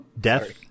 Death